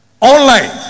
Online